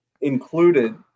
included